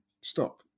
stop